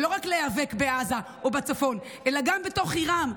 ולא רק להיאבק בעזה או בצפון אלא גם בתוך עירם,